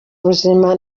ubuzima